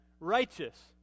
righteous